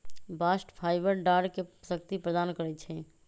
bast fibre डांरके शक्ति प्रदान करइ छै